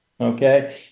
okay